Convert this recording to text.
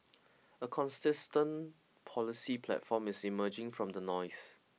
a consistent policy platform is emerging from the noise